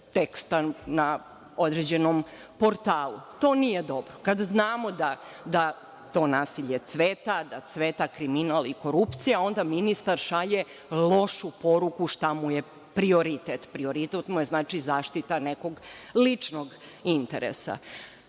teksta na određenom portalu. To nije dobro. Kad znamo da to nasilje cveta, da cveta kriminal i korupcija, onda ministar šalje lošu poruku šta mu je prioritet. Prioritet mu je, znači, zaštita nekog ličnog interesa. Dalje,